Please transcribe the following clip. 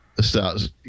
starts